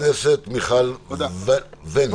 חברת הכסת מיכל וונש.